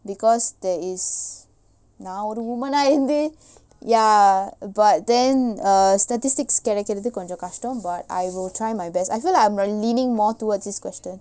because there is நா ஒரு:naa oru women ah இருந்து:irunthu ya but then err statistics கெடக்கிறது கொஞ்சம் கஷ்டம்:kedakkirathu konjam kashtam but I will try my best I feel like I'm leaning more towards this question